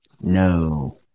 No